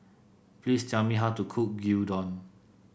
please tell me how to cook Gyudon